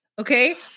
okay